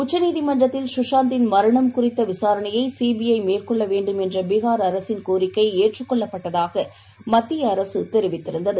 உச்சநீதிமன்றத்தில் சுஷாந்தின் மரணம் குறித்தவிசாரணையைசிபிறமேற்கொள்ளுமாறுபிகார் அரசின் கோரிக்கைஏற்றுக்கொள்ளப்பட்டதாகமத்தியஅரசுதெரிவித்திருந்தது